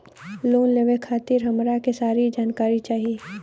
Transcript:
Loan लेवे खातीर हमरा के सारी जानकारी चाही?